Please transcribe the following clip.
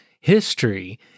history